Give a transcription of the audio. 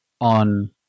on